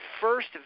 first